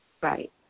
right